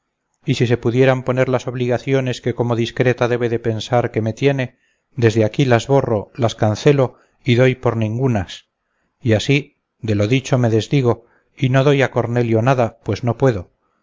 y si se pudieran poner las obligaciones que como discreta debe de pensar que me tiene desde aquí las borro las cancelo y doy por ningunas y así de lo dicho me desdigo y no doy a cornelio nada pues no puedo